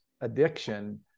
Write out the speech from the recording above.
addiction